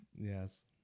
Yes